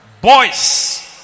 Boys